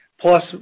plus